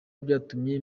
byatumye